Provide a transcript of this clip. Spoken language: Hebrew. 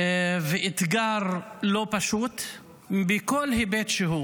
ואתגר לא פשוט בכל היבט שהוא.